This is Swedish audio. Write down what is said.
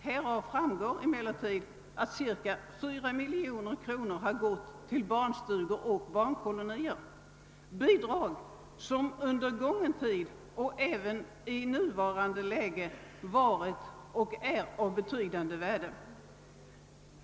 Det framgår emellertid att cirka 4 miljoner kronor har gått till barnstugor och barnkolonier, bidrag som under gången tid varit och även i nuvarande läge är av betydande värde.